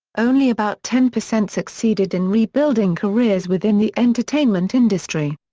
only about ten percent succeeded in rebuilding careers within the entertainment industry.